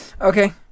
Okay